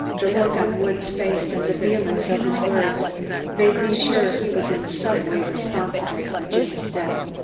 the look on woods' face and the vehemence of his words made me sure he was in some way responsible for jim's death.